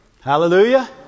Hallelujah